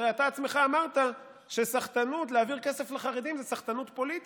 הרי אתה עצמך אמרת שלהעביר כסף לחרדים זו סחטנות פוליטית,